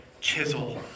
chisel